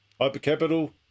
hypercapital